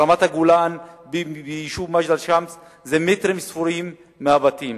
ברמת-הגולן וביישוב מג'דל-שמס זה מטרים ספורים מהבתים.